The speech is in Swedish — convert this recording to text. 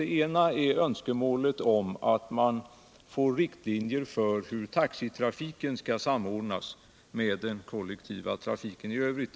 Den ena frågan gäller önskemålet om riktlinjer för en samordning av taxitrafiken med den kollektiva trafiken i övrigt.